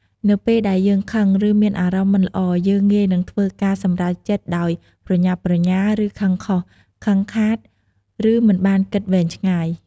នៅពេលដែលយើងខឹង ឬមានអារម្មណ៍មិនល្អ យើងងាយនឹងធ្វើការសម្រេចចិត្តដោយប្រញាប់ប្រញាល់ គឹខឹងខុស ខឹងខាត ឬមិនបានគិតវែងឆ្ងាយ ។